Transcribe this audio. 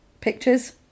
pictures